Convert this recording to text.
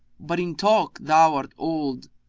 but in talk thou art old.